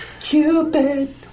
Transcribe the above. Cupid